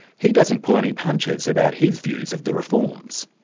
he doesn't pull any punches about his views of the reforms.